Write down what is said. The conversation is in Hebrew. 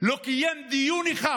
לא קיים דיון אחד